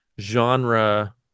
genre